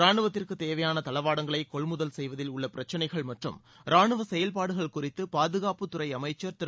ராணுவத்திற்கு தேவையான தளவாடங்களை கொள்முதல் செய்வதில் உள்ள பிரச்சினைகள் மற்றும் ராணுவ செயல்பாடுகள் குறித்து பாதுகாப்புத்துறை அமைச்சர் திரு